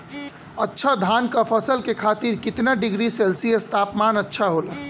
अच्छा धान क फसल के खातीर कितना डिग्री सेल्सीयस तापमान अच्छा होला?